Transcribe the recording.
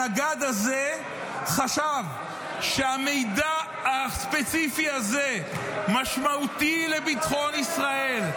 הנגד הזה חשב שהמידע הספציפי הזה משמעותי לביטחון ישראל,